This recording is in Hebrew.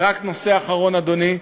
ורק נושא אחרון, אדוני,